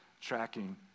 tracking